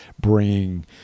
bring